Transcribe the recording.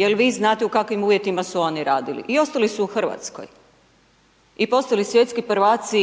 jel vi znate u kakvim uvjetima su oni radili i ostali su u Hrvatskoj i postali svjetski prvaci